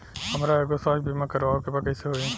हमरा एगो स्वास्थ्य बीमा करवाए के बा कइसे होई?